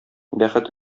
бәхет